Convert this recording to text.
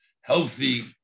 healthy